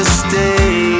stay